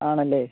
ആണല്ലേ